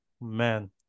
Man